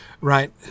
right